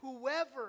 whoever